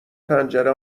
پنجره